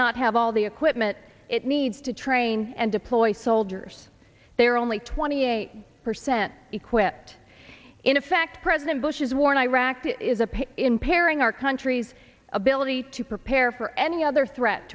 not have all the equipment it needs to train and deploy soldiers there are only twenty eight percent equipped in effect president bush's war in iraq is a pain in pairing our country's ability to prepare for any other threat